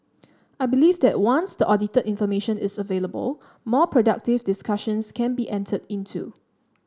I believe that once the audited information is available more productive discussions can be entered into